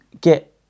get